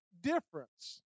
difference